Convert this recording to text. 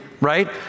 right